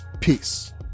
peace